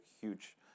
huge